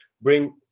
bring